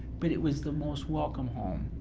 but it was the most welcome home,